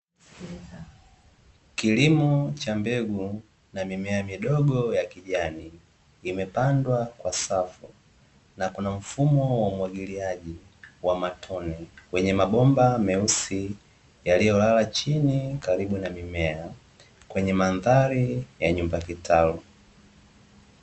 Kilimo cha mbegu na mimea midogo ya kijani imepandwa kwa safu, na kuna mfumo wa umwagiliaji wa matone wenye mabomba meusi yaliyolala chini karibu na mimea, kwenye mandhari ya nyumba kitalu.